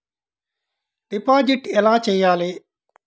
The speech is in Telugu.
డిపాజిట్ ఎలా చెయ్యాలి?